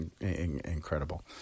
incredible